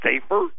safer